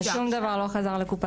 שום דבר לא חזר לקופת האוצר.